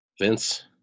Vince